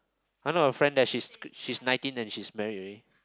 I know a friend that she is she is nineteen then she's married already